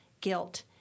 guilt